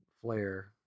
flare